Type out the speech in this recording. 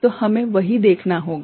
तो हमें वही देखना होगा